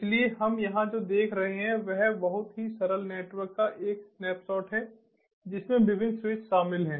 इसलिए हम यहां जो देख रहे हैं वह बहुत ही सरल नेटवर्क का एक स्नैपशॉट है जिसमें विभिन्न स्विच शामिल हैं